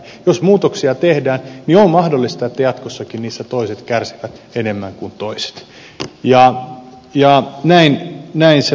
jos muutoksia tehdään niin on mahdollista että jatkossakin niistä toiset kärsivät enemmän kuin toiset ja näin se vain menee